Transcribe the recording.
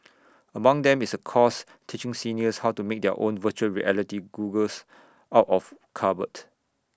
among them is A course teaching seniors how to make their own Virtual Reality goggles out of cardboard